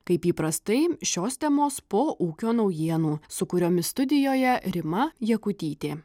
kaip įprastai šios temos po ūkio naujienų su kuriomis studijoje rima jakutytė